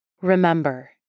Remember